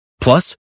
Plus